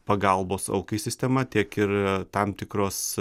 pagalbos aukai sistema tiek ir tam tikros